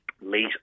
late